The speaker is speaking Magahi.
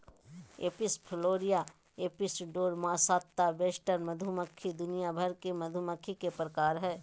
Apis florea, Apis dorsata, western मधुमक्खी दुनिया भर के मधुमक्खी के प्रकार हय